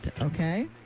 Okay